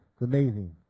amazing